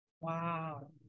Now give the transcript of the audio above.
Wow